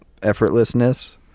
effortlessness